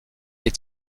est